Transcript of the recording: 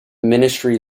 ministry